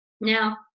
Now